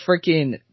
freaking